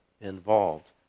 involved